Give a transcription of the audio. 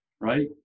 right